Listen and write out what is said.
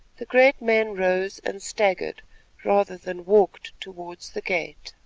the great man rose and staggered rather than walked towards the gate.